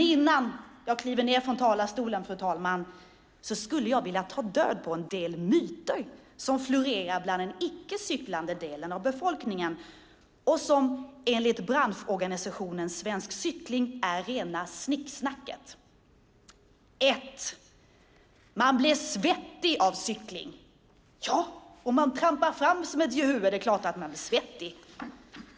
Innan jag kliver ned från talarstolen, fru talman, skulle jag vilja ta död på en del myter som florerar bland den icke cyklande delen av befolkningen och som enligt branschorganisationen Svensk Cykling är rena snicksnacket. 1. Man blir svettig av cykling. Ja, om man trampar fram som ett jehu är det klart att man blir svettig.